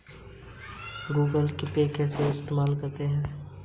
बिना ए.टी.एम के Google Pay कैसे बनायें?